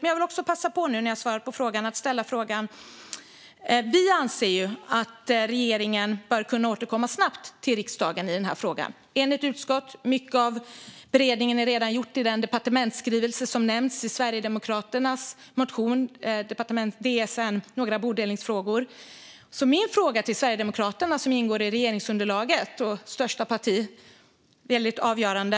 Men nu när jag har svarat på frågan vill jag passa på att ställa en fråga. Vi anser att regeringen snabbt bör kunna återkomma till riksdagen i denna fråga. Det är ett enigt utskott, och mycket av beredningen är redan gjord i den departementsskrivelse som nämns i Sverigedemokraternas motion: Några bodelningsfrågor . Sverigedemokraterna ingår i regeringsunderlaget - det är det största partiet, och väldigt avgörande.